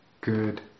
good